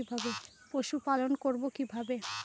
পশুপালন করব কিভাবে?